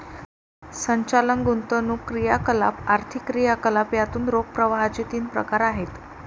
संचालन, गुंतवणूक क्रियाकलाप, आर्थिक क्रियाकलाप यातून रोख प्रवाहाचे तीन प्रकार आहेत